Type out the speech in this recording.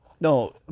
No